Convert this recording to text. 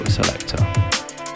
Selector